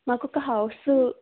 మాకొక హౌసు